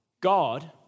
God